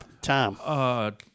Tom